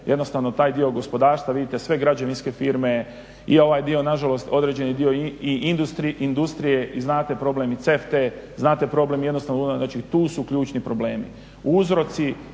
jednostavno taj dio gospodarstva, vidite sve građevinske firme i ovaj dio nažalost određeni dio i industrije i znate problem i CEFTA-e, znate problem …, znači tu su ključni problemi.